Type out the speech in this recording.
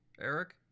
Eric